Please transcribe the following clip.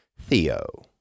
theo